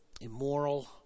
immoral